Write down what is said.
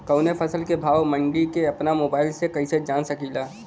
कवनो फसल के भाव मंडी के अपना मोबाइल से कइसे जान सकीला?